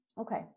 Okay